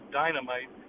dynamite